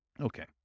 Okay